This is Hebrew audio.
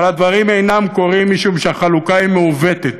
אבל הדברים אינם קורים, משום שהחלוקה היא מעוותת.